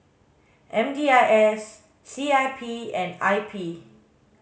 M D I S C I P and I P